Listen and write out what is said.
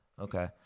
Okay